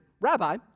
Rabbi